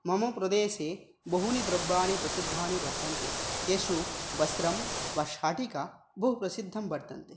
मम प्रदेशे बहूनि द्रव्याणि प्रसिद्धानि वर्तन्ते तेषु वस्त्रं वा शाटीका बहुप्रसिद्धं वर्तते